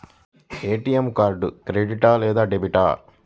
ATM card credit లేదా debit?